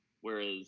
whereas